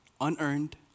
unearned